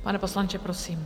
Pane poslanče, prosím.